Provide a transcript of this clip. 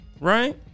Right